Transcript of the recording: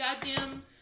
goddamn